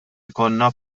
jkollna